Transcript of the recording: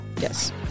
Yes